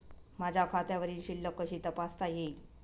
माझ्या खात्यावरील शिल्लक कशी तपासता येईल?